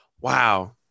wow